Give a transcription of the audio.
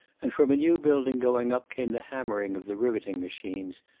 and from a new building going up came the hammering of the riveting-machines,